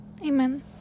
Amen